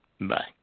Bye